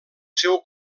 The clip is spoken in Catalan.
seu